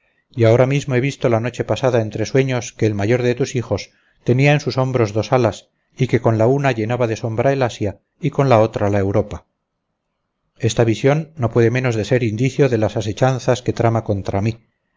y ahora mismo he visto la noche pasada entre sueños que el mayor de tus hijos tenía en sus hombros dos alas y que con la una llenaba de sombra el asia y con la otra la europa esta visión no puede menos de ser indicio de las asechanzas que trama contra mí